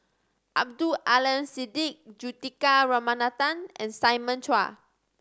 Abdul Aleem Siddique Juthika Ramanathan and Simon Chua